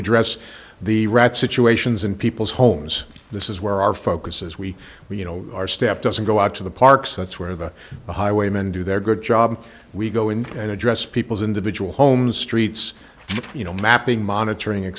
address the rat situations in people's homes this is where our focus is we we you know our staff doesn't go out to the parks that's where the highwaymen do their good job we go in and address people's individual homes streets you know mapping monitoring e